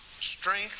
strength